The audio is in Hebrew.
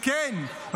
וכן,